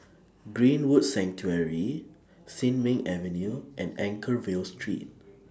Greenwood Sanctuary Sin Ming Avenue and Anchorvale Street